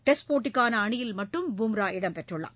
test போட்டிக்கான அணியில் மட்டும் பும்ரா இடம்பெற்றுள்ளார்